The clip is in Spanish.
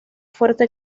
fuerte